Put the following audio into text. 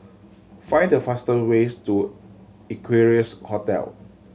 find the faster ways to Equarius Hotel